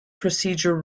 procedure